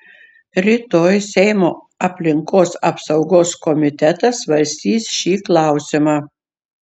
rytoj seimo aplinkos apsaugos komitetas svarstys šį klausimą